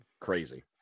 crazy